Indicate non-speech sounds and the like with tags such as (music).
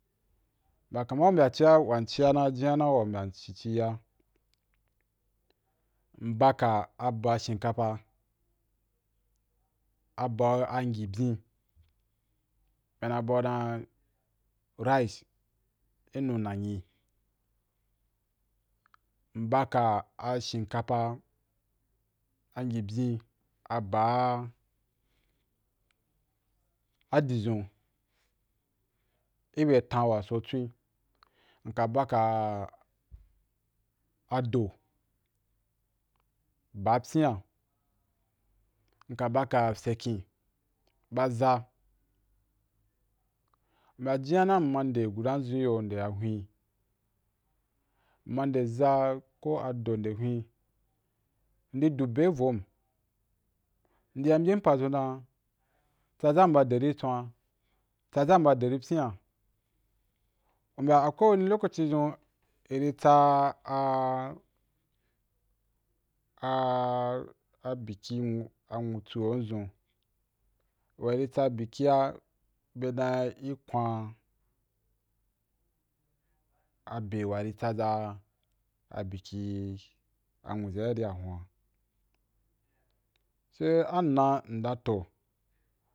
Ba kaman u bya jiya, wan in jiya u mbyam ci’ci’ ya mbaka aba shinkafa, abau any byin be na bau dan rice inu nanyi, mbaka a shinkapa anyibyin aba’a adizu i bya tan wa so twen, mka ba ka ado o ba pyi’a, nka ba ka fyeken ba za’a nya jinya na mma nde guda azun i yo nde ya hwen, mma nde za’a ko adoo nde hwen ndi du be ivom, ndi ya mbyam pazun dan tsazam ba deri twa’a, tsazam ba deri mpyia u’ bya akwai wenì lococi xun iri tsa, (hesitation) abiki nwu jihon zun wa iri tsa bikì ya bya dan i’ kwan abe wa ri tsaza abiki anwuza’ ri a hun’a sai an na ndan toh